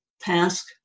task